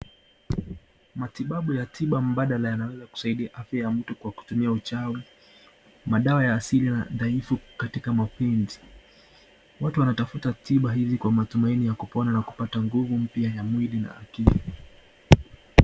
Matibabu ya tiba mbadala yanaweza kusaidia afya ya mtu kutumia uchawi. Madawa ya asili dhaifu katika mapenzi, watu wanatafta tiba hizi kwa matumaini ya kupona na kupata nguvu mpya ya mwili na akili.